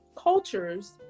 cultures